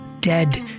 dead